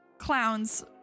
Clowns